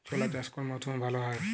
ছোলা চাষ কোন মরশুমে ভালো হয়?